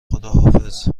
خداحافظ